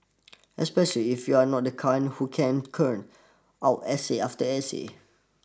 especially if you're not the kind who can churn out essay after essay